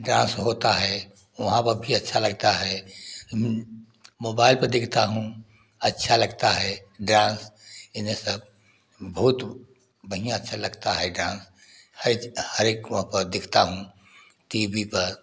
dance होता है वहाँ पर भी अच्छा लगता है मोबाईल पर देखता हूँ अच्छा लगता है डांस इन्हें सब बहुत बढ़िया सा लगता है डांस हैज हर एक वहाँ पर दिखता हूँ टी वी पर